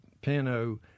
piano